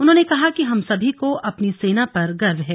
उन्होंने कहा कि हम सभी को अपनी सेना पर गर्व है